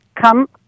come